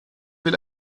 will